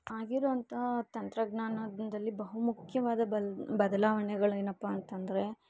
ಆಗಿರೊಂಥಾ ತಂತ್ರಜ್ಞಾನದಿಂದಲಿ ಬಹುಮುಖ್ಯವಾದ ಬಲ್ ಬದಲಾವಣೆಗಳೇನಪ್ಪಾ ಅಂತಂದರೆ